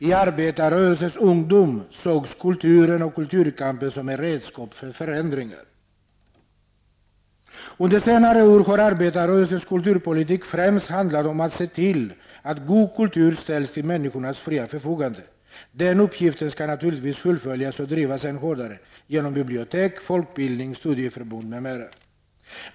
I arbetarrörelsens ungdom sågs kulturen och kulturkampen som ett redskap för förändring. Under senare år har arbetarrörelsens kulturpolitik främst handlat om att se till att god kultur ställs till människors fria förfogande. Den uppgiften skall naturligtvis fullföljas och drivas än hårdare -- genom bibliotek, folkbildning, studieförbund, m.m.